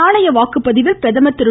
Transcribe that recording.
நாளைய வாக்குப்பதிவில் பிரதம் திரு